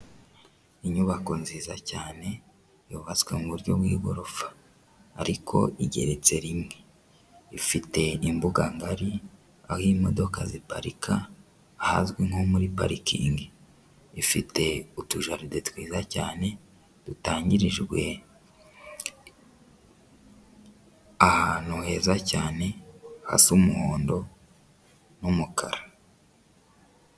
Inyubako nziza cyane yubatswe mu buryo bw'igorofa ariko igeretse rimwe, ifite imbuganga ngari aho imodoka ziparika hazwi nko muri parikingi, ifite utujaride twiza cyane dutangirijwe, ahantu heza cyane hasa umuhondo n'umukara.